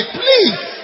please